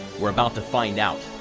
we're about to find out.